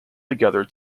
together